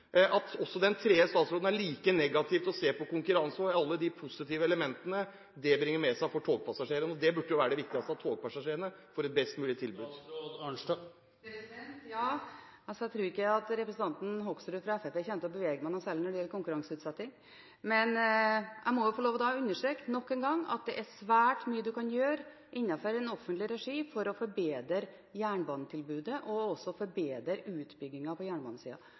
like negativ til å se på konkurranse og alle de positive elementene det bringer med seg for togpassasjerene. Det burde være det viktigste – at togpassasjerene får et best mulig tilbud. Jeg tror ikke representanten Hoksrud fra Fremskrittspartiet kommer til å bevege meg noe særlig når det gjelder konkurranseutsetting, men jeg må nok en gang få lov til å understreke at det er svært mye man kan gjøre innenfor den offentlige regi for å forbedre jernbanetilbudet og også forbedre utbyggingen på